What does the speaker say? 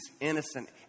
innocent